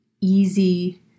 easy